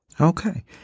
Okay